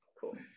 Cool